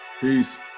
Peace